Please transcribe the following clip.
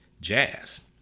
Jazz